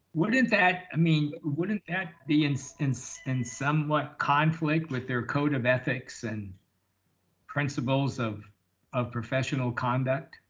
wouldn't that, i mean, wouldn't that be in so and so and somewhat conflict with their code of ethics and principles of of professional conduct.